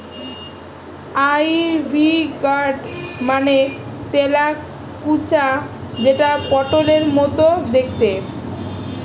ivy gourd মানে তেলাকুচা যেটা পটলের মতো দেখতে